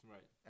Right